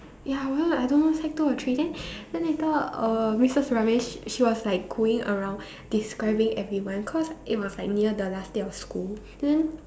ya well I don't know sec two or three then then later uh Missus Ramesh she was like going around describing everyone cause it was like near the last day of school then